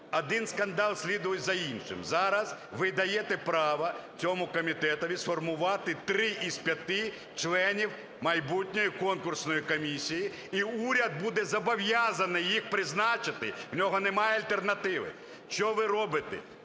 один скандал слідує за іншим. Зараз ви даєте право цьому комітету сформувати три із п'яти членів майбутньої конкурсної комісії. І уряд буде зобов'язаних їх призначити, у нього немає альтернативи. Що ви робите?